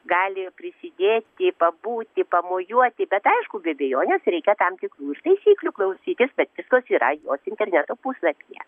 gali prisidėti pabūti pamojuoti bet aišku be abejonės reikia tam tikrų ir taisyklių klausytis bet viskas yra jos interneto puslapyje